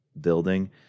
building